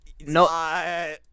No